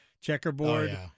checkerboard